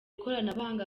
koranabuhanga